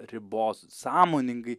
ribos sąmoningai